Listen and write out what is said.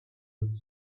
would